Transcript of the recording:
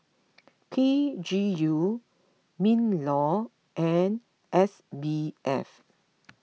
P G U MinLaw and S B F